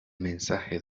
mensaje